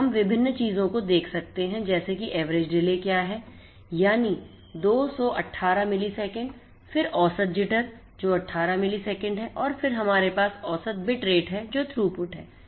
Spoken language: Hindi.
और हम विभिन्न चीजों को देख सकते हैं जैसे किAverage delayक्या है यानी 218 मिलीसेकंड फिर औसत JITTER जो 18 मिलीसेकंड है और फिर हमारे पास औसत बिट रेट है जो थ्रूपुट है